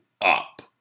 up